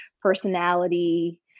personality